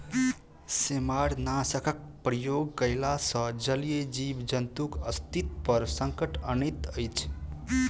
सेमारनाशकक प्रयोग कयला सॅ जलीय जीव जन्तुक अस्तित्व पर संकट अनैत अछि